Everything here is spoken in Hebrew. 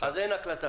אז אין הקלטה.